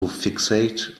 fixate